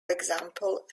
example